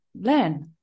learn